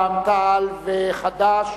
רע"ם-תע"ל וחד"ש.